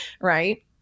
right